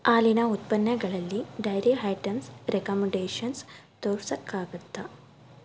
ಹಾಲಿನ ಉತ್ಪನ್ನಗಳಲ್ಲಿ dairy items recommendations ತೋರ್ಸೋಕ್ಕಾಗುತ್ತಾ